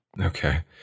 okay